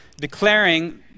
declaring